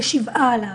בשבעה עליו,